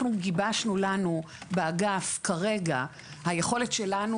אנחנו גיבשנו לנו באגף כרגע - היכולת שלנו